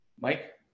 Mike